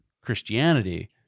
Christianity